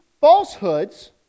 falsehoods